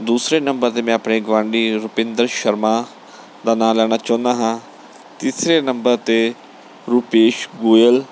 ਦੂਸਰੇ ਨੰਬਰ 'ਤੇ ਮੈਂ ਆਪਣੇ ਗੁਆਂਢੀ ਰੁਪਿੰਦਰ ਸ਼ਰਮਾ ਦਾ ਨਾਂ ਲੈਣਾ ਚਾਹੁੰਦਾ ਹਾਂ ਤੀਸਰੇ ਨੰਬਰ 'ਤੇ ਰੂਪੇਸ਼ ਗੋਇਲ